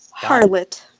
Harlot